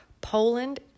Poland